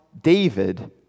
David